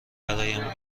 برایم